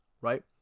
right